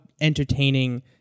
entertaining